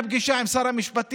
אחרי הפגישה עם שר המשפטים,